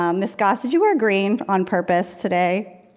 um miss goss, did you wear green on purpose today?